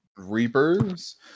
Reapers